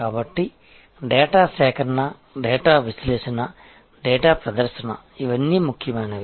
కాబట్టి డేటా సేకరణ డేటా విశ్లేషణ డేటా ప్రదర్శన ఇవన్నీ ముఖ్యమైనవి